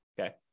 Okay